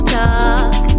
talk